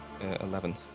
Eleven